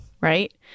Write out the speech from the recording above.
Right